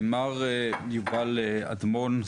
מר יובל אדמון,